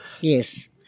Yes